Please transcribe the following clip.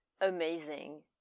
amazing